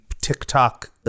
TikTok